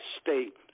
state